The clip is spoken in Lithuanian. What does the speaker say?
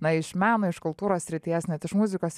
na iš meno iš kultūros srities net iš muzikos